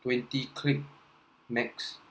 twenty clic~ max